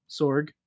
Sorg